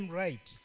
right